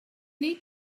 need